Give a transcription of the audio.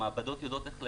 המעבדות יודעות איך לתקן,